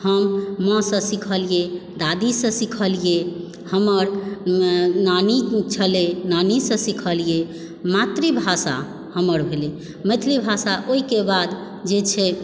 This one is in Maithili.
हम माँसँ सिखलियै दादीसँ सिखलियै हमर नानी छलय नानीसँ सिखलियै मातृभाषा हमर भेलय मैथिली भाषा ओहिके बाद जे छै